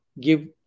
give